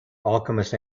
alchemist